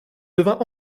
devint